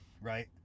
right